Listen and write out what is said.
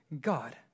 God